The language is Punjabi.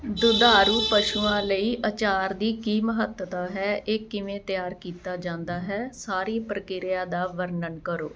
ਦੁਧਾਰੂ ਪਸ਼ੂਆਂ ਲਈ ਅਚਾਰ ਦੀ ਕੀ ਮਹੱਤਤਾ ਹੈ ਇਹ ਕਿਵੇਂ ਤਿਆਰ ਕੀਤਾ ਜਾਂਦਾ ਹੈ ਸਾਰੀ ਪ੍ਰਕਿਰਿਆ ਦਾ ਵਰਣਨ ਕਰੋ